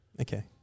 okay